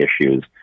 issues